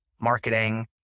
marketing